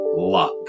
luck